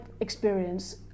experience